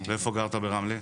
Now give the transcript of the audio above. ואיפה גרת ברמלה?